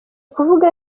kuvuga